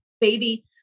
baby